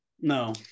no